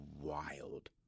wild